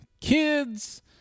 kids